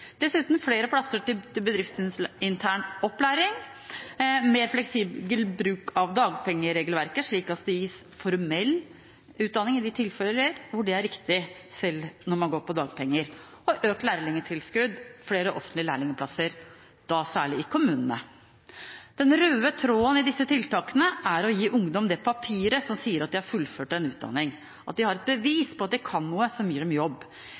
dessuten flere plasser til bedriftsintern opplæring, mer fleksibel bruk av dagpengeregelverket, slik at det gis formell utdanning i de tilfeller hvor det er riktig, selv om man går på dagpenger, og økt lærlingtilskudd og flere offentlige lærlingplasser, særlig i kommunene. Den røde tråden i disse tiltakene er å gi ungdom det papiret som sier at de har fullført en utdanning, at de har et bevis på at de kan noe som gir dem jobb.